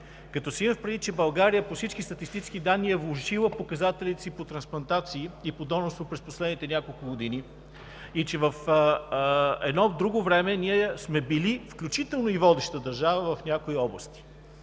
като се има предвид, че България по всички статистически данни е влошила показателите си по трансплантации и по донорство през последните няколко години и че в едно друго време ние сме били, включително и водеща държава в някои области.